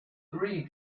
three